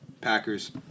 Packers